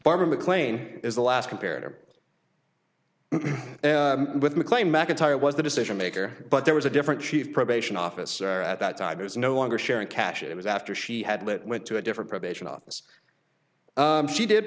barbara mclean is the last compared with mclean mcintyre was the decision maker but there was a different chief probation officer at that time it was no longer sharon cash it was after she had lived went to a different probation office she did